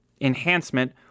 enhancement